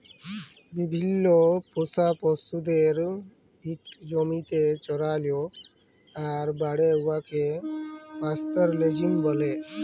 বিভিল্ল্য পোষা পশুদের ইকট জমিতে চরাল আর বাড়ে উঠাকে পাস্তরেলিজম ব্যলে